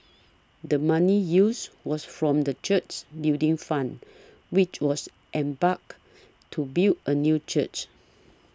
the money used was from the church's Building Fund which was embarked to build a new church